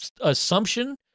assumption